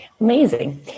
Amazing